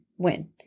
win